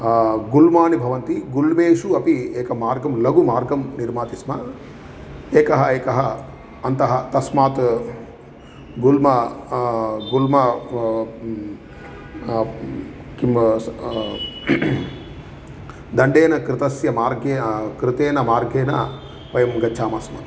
गुल्माः भवन्ति गुल्मेषु अपि एकं मार्गं लघुमार्गं निर्माति स्म एकः एकः अन्तः तस्मात् गुल्मः गुल्मः किं दण्डेन कृतस्य मार्गे कृतेन मार्गेन वयं गच्छाम स्म